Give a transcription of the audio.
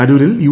അരൂരിൽ യു